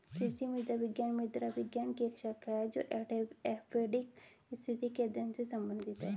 कृषि मृदा विज्ञान मृदा विज्ञान की एक शाखा है जो एडैफिक स्थिति के अध्ययन से संबंधित है